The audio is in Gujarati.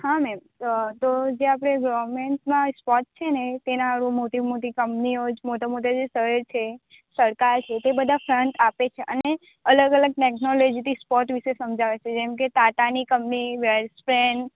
હા મેમ અ તો જ્યાં આપણે ગવર્મેન્ટમાં સ્પોર્ટ છે ને તેના મોટી મોટી કંપનીઓ જ મોટા મોટા જે સર છે સરકાર છે તે બધા ફંડ આપે છે અને અલગ અલગ ટેક્નોલોજી સ્પોટ વિશે સમજાવે છે જેમ કે ટાટાની કંપની વેલ્સપેન